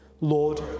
Lord